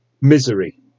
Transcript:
Misery